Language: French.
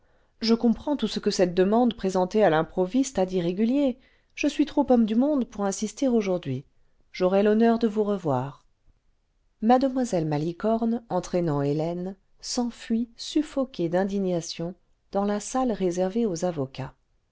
je comprends tout ce que cette demande présentée à lïmproviste a d'irrégulier je suis trop homme du monde pour insister aujourd'hui j'aurai l'honneur de vous revoir mademoiselle malicorne entraînant hélène s'enfuit suffoquée d'indignation dans la salle réservée aux avocats